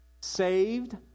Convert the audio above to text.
Saved